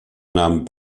nahm